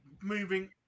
Moving